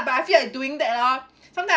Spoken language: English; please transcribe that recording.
but I feel like doing that orh sometime